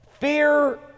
fear